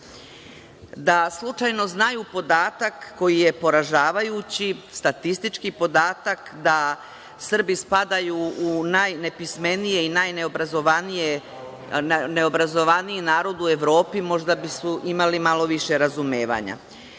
slučajno znaju podatak koji je poražavajući, statistički podatak, da Srbi spadaju u najnepismenije i najneobrazovaniji narod u Evropi, možda bismo imali malo više razumevanja. Polovina